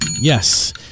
Yes